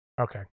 Okay